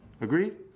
Agreed